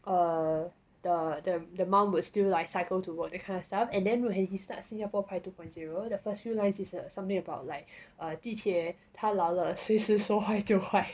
err the the the mom would like cycle to work that kind of stuff and then when he start 新加坡派 two point zero the first few lines is something about like err 地铁太老了随时说坏就坏